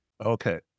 Okay